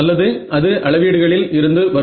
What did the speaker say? அல்லது அது அளவீடுகளில் இருந்து வரும்